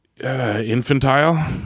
infantile